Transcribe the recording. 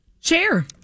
Chair